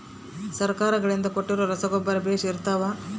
ಸರ್ಕಾರಗಳಿಂದ ಕೊಟ್ಟಿರೊ ರಸಗೊಬ್ಬರ ಬೇಷ್ ಇರುತ್ತವಾ?